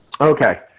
Okay